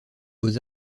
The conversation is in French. beaux